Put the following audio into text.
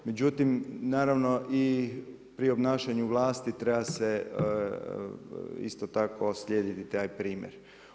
Međutim, naravno i pri obnašanju vlasti treba se isto tako slijedit taj primjer.